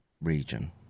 region